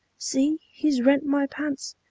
see, he's rent my pants,